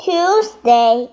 Tuesday